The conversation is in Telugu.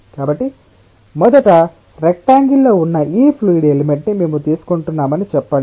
కాబట్టి మొదట రెక్టాoగిల్ లో ఉన్న ఈ ఫ్లూయిడ్ ఎలిమెంట్ ని మేము తీసుకుంటున్నామని చెప్పండి